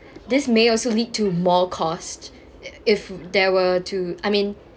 this may also lead to more cost if there were to I mean